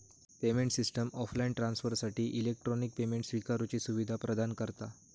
payment system offline ट्रांसफरसाठी electronic payment स्विकारुची सुवीधा प्रदान करता